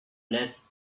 less